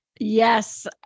Yes